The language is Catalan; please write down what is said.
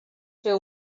fer